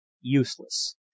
Useless